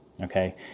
Okay